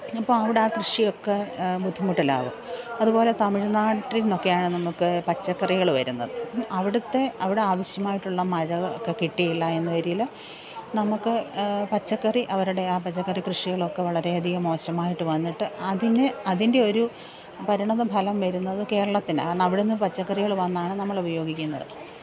ഇപ്പം അവിടെ ആ കൃഷിയൊക്കെ ബുദ്ധിമുട്ടിലാവും അതുപോലെ തമിഴ്നാട്ടിൽ നിന്നൊക്കെയാണ് നമുക്ക് പച്ചക്കറികൾ വരുന്നത് അവിടുത്തെ അവിടെ ആവിശ്യമായിട്ടുള്ള മഴകൾ ഒക്കെ കിട്ടിയില്ലയെന്ന് വരികിൽ നമുക്ക് പച്ചക്കറി അവരുടെ ആ പച്ചക്കറി കൃഷികളൊക്കെ വളരെയധികം മോശമായിട്ട് വന്നിട്ട് അതിന് അതിന്റെയൊരു പരിണിതഫലം വരുന്നത് കേരളത്തിനാണ് എന്നാൽ അവിടെ നിന്ന് പച്ചക്കറികൾ വന്നാണ് നമ്മളുപയോഗിക്കുന്നത്